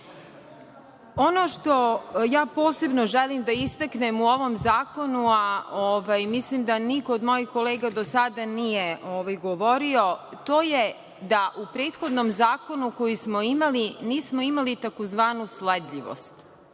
što posebno želim da istaknem u ovom zakonu, a mislim da niko od mojih kolega do sada nije govorio, to je da u prethodnom zakonu koji smo imali nismo imali takozvanu sledljivost